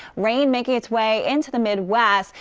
rain making its way into the midwest.